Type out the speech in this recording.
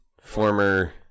former